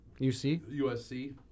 USC